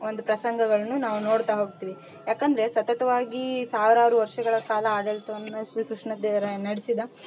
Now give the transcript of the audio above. ಒಂದು ಪ್ರಸಂಗಗಳ್ನು ನಾವು ನೋಡ್ತಾ ಹೋಗ್ತೀವಿ ಯಾಕಂದರೆ ಸತತವಾಗಿ ಸಾವಿರಾರು ವರ್ಷಗಳ ಕಾಲ ಆಡಳಿತವನ್ನ ಶ್ರೀ ಕೃಷ್ಣ ದೇವರಾಯ ನಡ್ಸಿದ